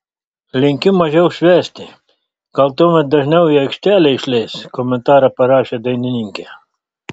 linkiu mažiau švęsti gal tuomet dažniau į aikštelę išleis komentarą parašė dainininkė